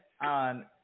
on